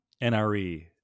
NRE